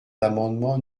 l’amendement